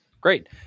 great